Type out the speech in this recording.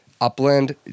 Upland